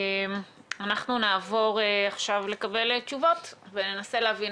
אנחנו נעבור עכשיו לקבל תשובות וננסה להבין